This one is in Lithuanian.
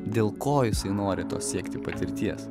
dėl ko jisai nori tos siekti patirties